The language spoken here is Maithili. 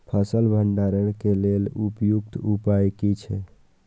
फसल भंडारण के लेल उपयुक्त उपाय कि छै?